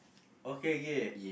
okay K